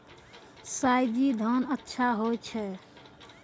सयाजी धान अच्छा होय छै?